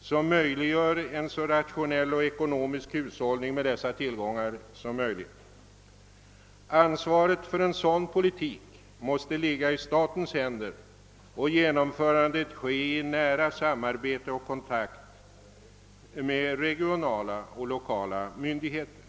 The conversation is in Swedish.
som möjliggör en så rationell och ekonomisk hushållning med dessa tillgångar som möjligt. Ansvaret för en sådan politik måste ligga i statens händer och genomförandet ske i nära samarbete och kontakt med regionala och lokala myndigheter.